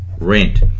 rent